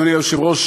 אדוני היושב-ראש,